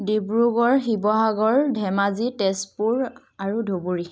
ডিব্ৰুগড় শিৱসাগৰ ধেমাজি তেজপুৰ আৰু ধুবুৰী